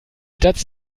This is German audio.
splitter